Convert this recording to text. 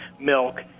milk